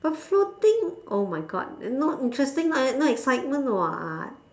but floating oh my god and not interesting leh no excitement [what]